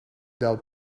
dal